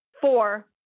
Four